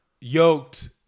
yoked